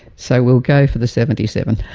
so we'll go for the seventy seven.